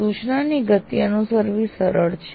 સૂચનાની ગતિ અનુસરવી સરળ છે